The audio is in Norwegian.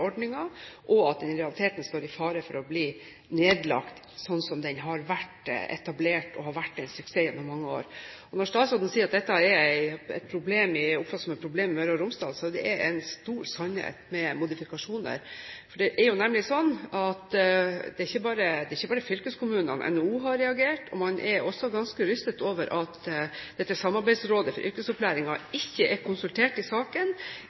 og at den i realiteten står i fare for å bli nedlagt sånn som den har vært etablert, og den har vært en suksess i mange år. Når statsråden sier at dette oppfattes som et problem i Møre og Romsdal, er det en sannhet med modifikasjoner, for det er ikke bare fylkeskommunene som har reagert, det har også NHO. Man er også ganske rystet over at Samarbeidsrådet for yrkesopplæring ikke er konsultert i saken, ikke har vært tatt med på råd om hvordan man skal gjøre dette fremover. Jeg lurer jo på hvordan det er mulig at saken